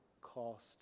cost